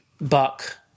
buck